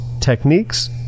techniques